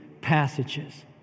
passages